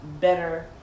better